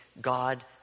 God